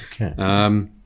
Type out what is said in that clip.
Okay